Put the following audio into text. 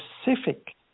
specific